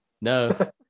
No